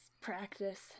practice